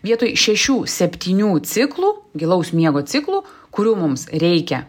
vietoj šešių septynių ciklų gilaus miego ciklų kurių mums reikia